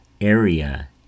area